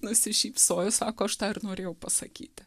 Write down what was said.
nusišypsojo sako aš tą ir norėjau pasakyti